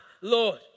Lord